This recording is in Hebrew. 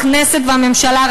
הכנסת והממשלה,